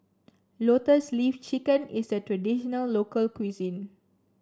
Lotus Leaf Chicken is a traditional local cuisine